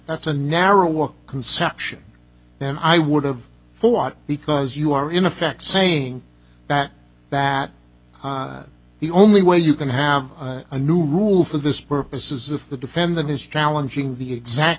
that's a narrow walk conception then i would have thought because you are in effect saying that that the only way you can have a new rule for this purpose is if the defendant is challenging the exact